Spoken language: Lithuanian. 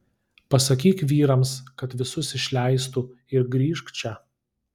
pasakyk vyrams kad visus išleistų ir grįžk čia